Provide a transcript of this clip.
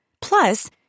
Plus